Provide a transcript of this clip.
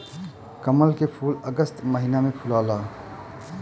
कमल के फूल अगस्त महिना में फुलाला